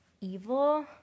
evil